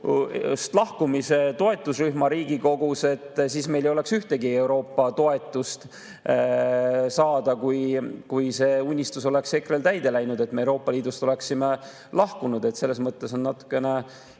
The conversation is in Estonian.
toetuseks toetusrühma Riigikogus. Aga siis meil ei oleks ühtegi Euroopa toetust saada, kui see unistus oleks EKRE‑l täide läinud ja me Euroopa Liidust oleksime lahkunud. Selles mõttes on natukene